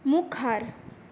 मुखार